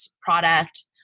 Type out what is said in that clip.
product